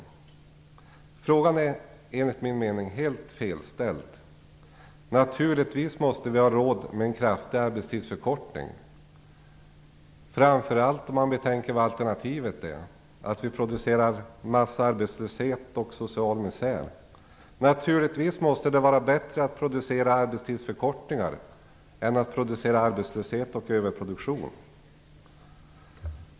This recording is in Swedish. Den frågan är enligt min mening helt felställd. Naturligtvis måste vi ha råd med en kraftig arbetstidsförkortning, framför allt när vi betänker vad som är alternativet, att producera massarbetslöshet och social misär. Naturligtvis måste det vara bättre att producera arbetstidsförkortningar än att åstadkomma arbetslöshet och överproduktion.